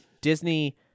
Disney